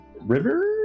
river